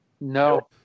No